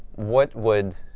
what would